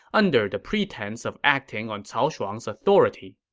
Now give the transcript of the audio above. under the pretense of acting on cao shuang's authority.